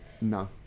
No